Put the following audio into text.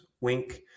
Wink